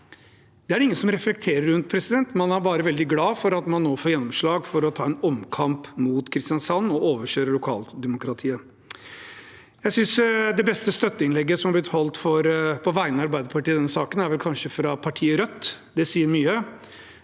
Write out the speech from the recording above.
Det er det ingen som reflekterer rundt, man er bare veldig glade for at man nå får gjennomslag for å ta en omkamp mot Kristiansand og overkjøre lokaldemokratiet. Jeg synes det beste støtteinnlegget som har blitt holdt på vegne av Arbeiderpartiet i denne saken, kanskje var fra partiet Rødt. Det sier mye.